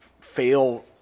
fail